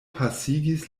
pasigis